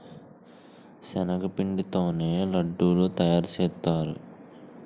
శనగపిండి తోనే లడ్డూలు తయారుసేత్తారు